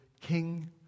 King